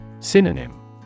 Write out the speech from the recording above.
Synonym